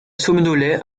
somnolait